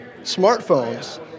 smartphones